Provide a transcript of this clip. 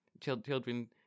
Children